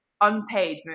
unpaid